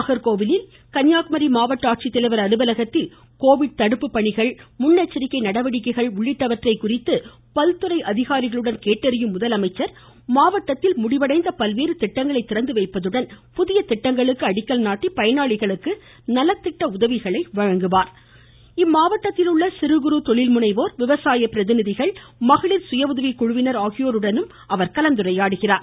நாகர்கோவில் மாவட்ட ஆட்சித்தலைவர் அலுவலகத்தில் கோவிட் தடுப்பு பணிகள் முன்னெச்சரிக்கை நடவடிக்கைகள் உள்ளிட்டவை குறித்து பல்துறை அதிகாரிகளுடன் கேட்டறியும் முதலமைச்சர் மாவட்டத்தில் முடிவுற்ற பல்வேறு திட்டங்களை திறந்துவைப்பதுடன் புதிய திட்டங்களுக்கு அடிக்கல் நாட்டி பயனாளிகளுக்கு நல திட்ட உதவிகளை வழங்குவார் மாவட்டத்தில் உள்ள சிறு குறு தொழில் முனைவோர் விவசாய பிரதிநிதிகள் மகளிர் சுய உதவி குழுவினர் ஆகியோருடன் கலந்துரையாடுகிறார்